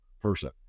person